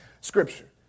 scripture